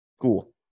cool